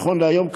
נכון להיום,